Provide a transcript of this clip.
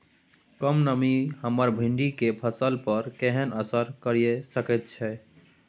कम नमी हमर भिंडी के फसल पर केहन असर करिये सकेत छै?